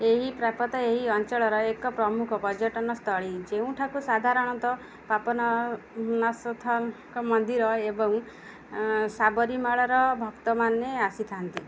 ଏହି ପ୍ରପାତ ଏହି ଅଞ୍ଚଳର ଏକ ପ୍ରମୁଖ ପର୍ଯ୍ୟଟନ ସ୍ଥଳୀ ଯେଉଁଠାକୁ ସାଧାରଣତଃ ମନ୍ଦିର ଏବଂ ସାବରିମାଳାର ଭକ୍ତମାନେ ଆସିଥାନ୍ତି